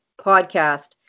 podcast